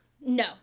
No